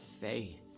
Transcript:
faith